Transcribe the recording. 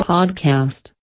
Podcast